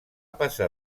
passar